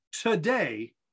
today